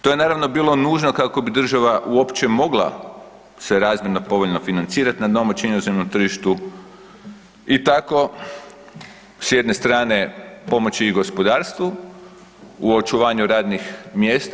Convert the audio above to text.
To je naravno bilo nužno kako bi država uopće mogla se razmjerno povoljno financirati na domaćem inozemnom tržištu i tako s jedne strane pomoći i gospodarstvu u očuvanju radnih mjesta.